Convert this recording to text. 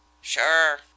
Sure